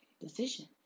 decision